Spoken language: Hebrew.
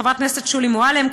חברת הכנסת שולי מועלם,